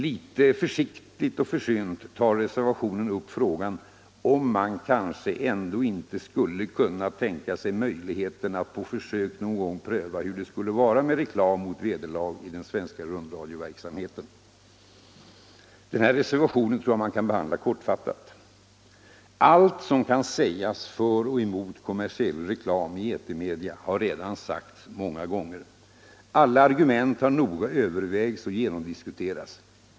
Litet försiktigt och försynt tar reservationen upp frågan om man kanske ändå inte möjligtvis skulle kunna tänka sig att på försök någon gång pröva hur det skulle vara med reklam mot vederlag i den svenska rundradioverksamheten. Reservationen tror jag kan behandlas kortfattat. Allt som kan sägas för och emot kommersiell reklam i etermedia har redan sagts många gånger. Alla argument har noga övervägts och genomdiskuterats.